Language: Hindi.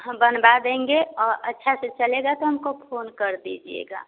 हम बनवाा देंगे और अच्छे से चलेगा तो हमको फ़ोन कर दीजिएगा